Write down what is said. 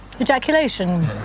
Ejaculation